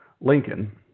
Lincoln